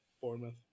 Bournemouth